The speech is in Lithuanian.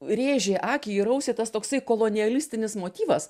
rėžė akį ir ausį tas toksai kolonialistinis motyvas